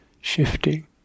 shifting